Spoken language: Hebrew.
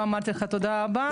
לא אמרתי לך תודה רבה,